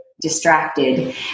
distracted